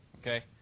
Okay